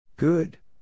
Good